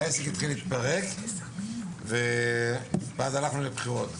והעסק התחיל להתפרק ואז הלכנו לבחירות.